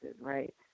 right